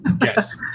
yes